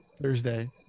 Thursday